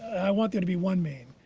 i want there to be one maine.